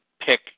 pick